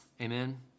Amen